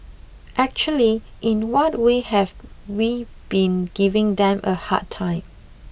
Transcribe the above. actually in what way have we been giving them a hard time